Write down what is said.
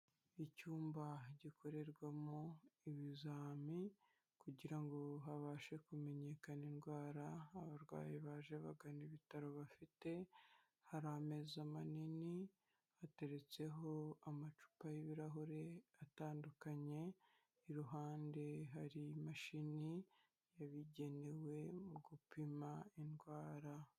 Icyumba gikorerwamo ibizami kugira ngo habashe kumenyekana indwara abarwayi baje bagana ibitaro bafite, hari amezi manini hateretseho amacupa y'ibirahure atandukanye, iruhande hari imashini yabugenewe mu gupima indwara.